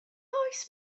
oes